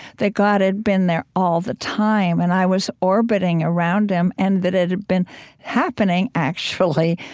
that god had been there all the time, and i was orbiting around him, and that it had been happening, actually,